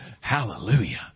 Hallelujah